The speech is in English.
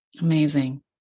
Amazing